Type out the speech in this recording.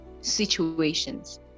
situations